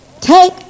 Take